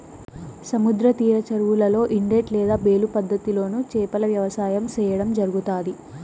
సముద్ర తీర చెరువులలో, ఇనలేట్ లేదా బేలు పద్ధతి లోను చేపల వ్యవసాయం సేయడం జరుగుతాది